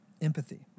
empathy